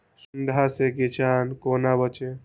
सुंडा से किसान कोना बचे?